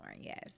yes